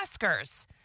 Oscars